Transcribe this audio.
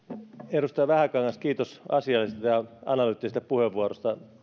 edustaja vähämäki kiitos asiallisesta ja analyyttisestä puheenvuorosta